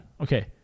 Okay